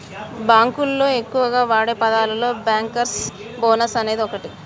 బాంకులోళ్లు ఎక్కువగా వాడే పదాలలో బ్యాంకర్స్ బోనస్ అనేది ఓటి